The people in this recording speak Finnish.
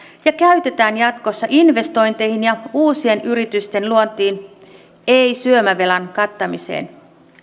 ja käytetään jatkossa investointeihin ja uusien yritysten luontiin ei syömävelan kattamiseen